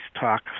talk